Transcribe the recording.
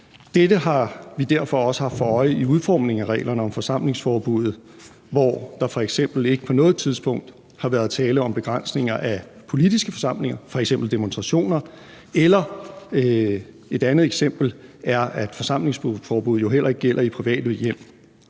Dette har vi derfor også haft for øje i udformningen af reglerne om forsamlingsforbuddet, hvor der f.eks. ikke på noget tidspunkt har været tale om begrænsninger af politiske forsamlinger, f.eks. demonstrationer, eller – et andet eksempel – at forsamlingsforbuddet jo heller ikke gælder i private hjem.